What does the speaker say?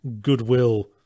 goodwill